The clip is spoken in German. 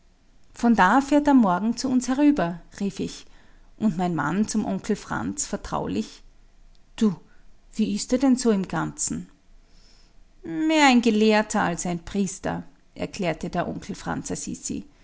von da fährt er morgen zu uns herüber rief ich und mein mann zum onkel franz vertraulich du wie ist er denn so im ganzen mehr ein gelehrter als ein priester erklärt der onkel franz